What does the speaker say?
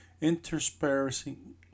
interspersing